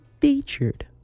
featured